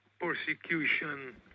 persecution